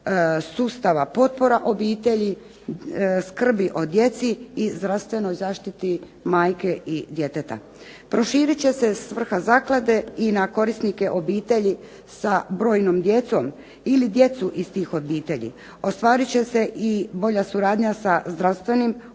sustava potpora obitelji, skrbi o djeci i zdravstvenoj zaštiti majke i djeteta. Proširit će se svrha zaklade i na korisnike obitelji sa brojnom djecom ili djecu iz tih obitelji, ostvarit će se i bolja suradnja sa zdravstvenim,